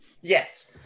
Yes